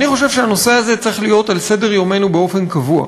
אני חושב שהנושא הזה צריך להיות על סדר-יומנו באופן קבוע.